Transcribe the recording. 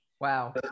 Wow